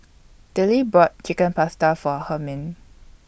Dillie bought Chicken Pasta For Hermine